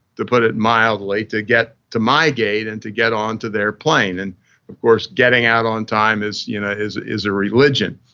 to put it mildly, to get to my gate and to get onto their plane. and of course getting out on time is you know is a religion.